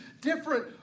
different